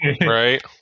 Right